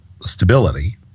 stability –